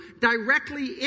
directly